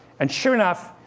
and sure enough,